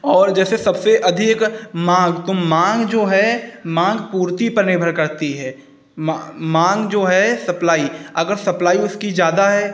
और जैसे सबसे अधिक माँग तो माँग जो है माँग पूर्ति पर निर्भर करती है माँग जो है सप्लाई अगर सप्लाई उसकी ज़्यादा है